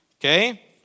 Okay